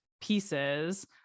pieces